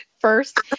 first